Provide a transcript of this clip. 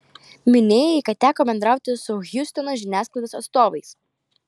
minėjai kad teko bendrauti su hjustono žiniasklaidos atstovais